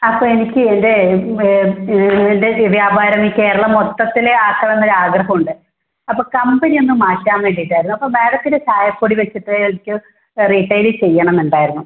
അപ്പോൾ എനിക്ക് എൻ്റെ വേൾഡ് വ്യാപാരം ഈ കേരളം മൊത്തത്തിൽ ആക്കണം എന്ന് ഒര് ആഗ്രഹം ഉണ്ട് അപ്പോൾ കമ്പനി ഒന്ന് മാറ്റാൻ വേണ്ടിയിട്ട് ആയിരുന്നു അപ്പോൾ മാഡത്തിൻ്റെ ചായപ്പൊടി വച്ചിട്ട് എനിക്ക് റീട്ടെയിൽ ചെയ്യണം എന്ന് ഉണ്ടായിരുന്നു